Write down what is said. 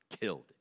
killed